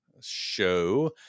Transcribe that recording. show